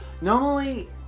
normally